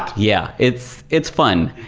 yeah, it's it's fun.